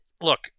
Look